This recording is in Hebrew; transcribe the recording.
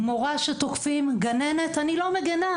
מורה שתוקפים, גננת, אני לא מגנה.